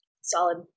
Solid